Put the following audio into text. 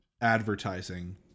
advertising